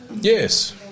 Yes